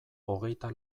hogeita